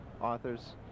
authors